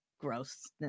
gross